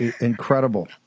Incredible